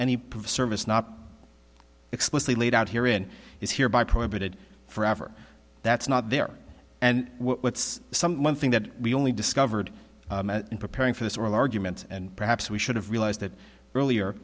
any service not explicitly laid out here in is here by prohibited forever that's not there and what's some one thing that we only discovered in preparing for this oral argument and perhaps we should have realized that earlier